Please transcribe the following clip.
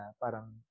parang